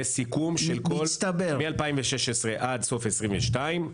זה סיכום של מ-2016 עד 2022,